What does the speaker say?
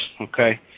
okay